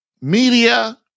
media